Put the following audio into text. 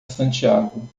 santiago